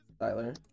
Tyler